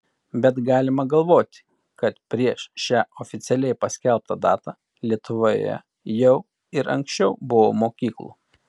bet galima galvoti kad prieš šią oficialiai paskelbtą datą lietuvoje jau ir anksčiau buvo mokyklų